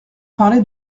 parlez